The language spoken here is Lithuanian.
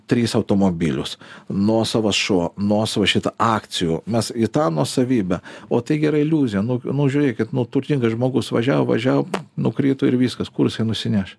tris automobilius nuosavas šuo nuosava šita akcijų mes į tą nuosavybę o tai gera iliuzija nu nu žiūrėkit nu turtingas žmogus važiavo važiavo nukrito ir viskas kur jisai nusineš